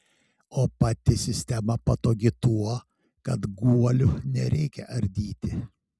o pati sistema patogi tuo kad guolių nereikia ardyti